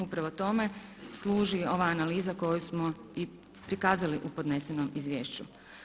Upravo tome služi ova analiza koju smo i prikazali u podnesenom izvješću.